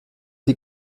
die